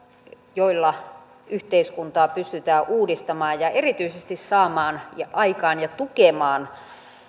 joilla yhteiskuntaa pystytään uudistamaan ja ja saamaan aikaan ja tukemaan erityisesti